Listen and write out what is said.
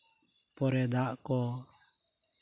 ᱯᱚᱨᱮ ᱫᱟᱜ ᱠᱚ